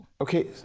Okay